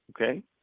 okay